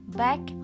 back